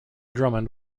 drummond